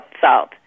salt